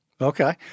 Okay